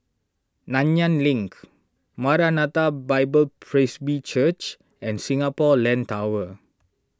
Nanyang Link Maranatha Bible Presby Church and Singapore Land Tower